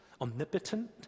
omnipotent